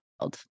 world